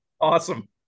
Awesome